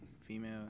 female